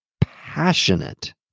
passionate